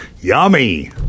Yummy